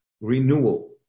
renewal